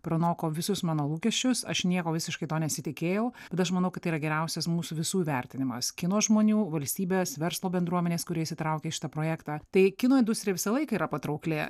pranoko visus mano lūkesčius aš nieko visiškai to nesitikėjau bet aš manau kad tai yra geriausias mūsų visų įvertinimas kino žmonių valstybės verslo bendruomenės kurie įsitraukė į šitą projektą tai kino industrija visą laiką yra patraukli